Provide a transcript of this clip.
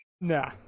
Nah